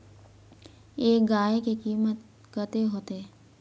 एक गाय के कीमत कते होते?